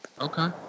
okay